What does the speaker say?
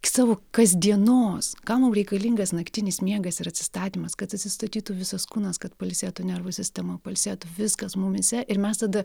savo kasdienos kam mum reikalingas naktinis miegas ir atsistatymas kad atsistatytų visas kūnas kad pailsėtų nervų sistema pailsėtų viskas mumyse ir mes tada